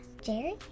Jerry